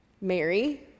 Mary